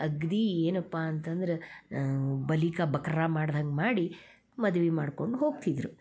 ಅಗದಿ ಏನಪ್ಪ ಅಂತಂದ್ರೆ ಬಲಿ ಕಾ ಬಕ್ರಾ ಮಾಡ್ದಂಗೆ ಮಾಡಿ ಮದ್ವೆ ಮಾಡ್ಕೊಂಡು ಹೋಗ್ತಿದ್ದರು